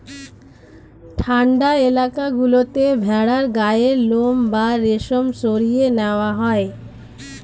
ঠান্ডা এলাকা গুলোতে ভেড়ার গায়ের লোম বা রেশম সরিয়ে নেওয়া হয়